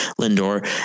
Lindor